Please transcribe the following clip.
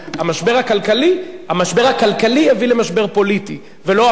המשבר הכלכלי הביא למשבר פוליטי ולא הפוך.